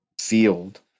field